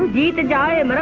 the the dying